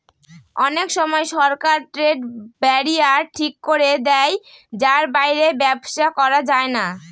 অনেক সময় সরকার ট্রেড ব্যারিয়ার ঠিক করে দেয় যার বাইরে ব্যবসা করা যায় না